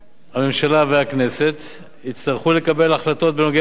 הממשלה והכנסת יצטרכו לקבל החלטות בנוגע לקביעת